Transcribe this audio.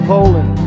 Poland